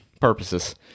purposes